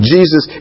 Jesus